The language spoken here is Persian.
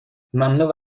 مملو